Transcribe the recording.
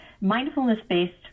Mindfulness-based